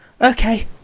Okay